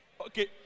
Okay